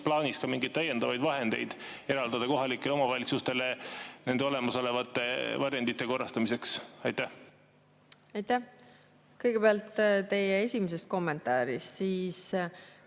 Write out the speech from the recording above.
plaanis ka mingeid täiendavaid vahendeid eraldada kohalikele omavalitsustele nende olemasolevate varjendite korrastamiseks? Aitäh! Kõigepealt teie kommentaarist.